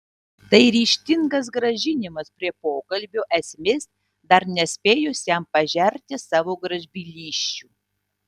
tai ryžtingas grąžinimas prie pokalbio esmės dar nespėjus jam pažerti savo gražbylysčių